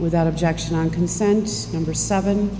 without objection and consents in for seven